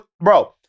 bro